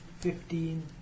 Fifteen